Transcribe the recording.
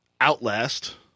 Outlast